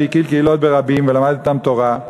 שהקהיל קהילות ברבים ולמד אתם תורה,